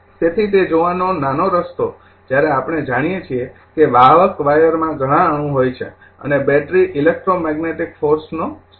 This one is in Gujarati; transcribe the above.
તેથી તે જોવાનો નાનો રસ્તો જ્યારે આપણે જાણીએ છીએ કે વાહક વાયરમાં ઘણા અણુ હોય છે અને બેટરી ઇલેક્ટ્રોમેગ્નેટિક ફોર્સનો સ્રોત છે